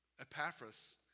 Epaphras